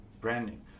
branding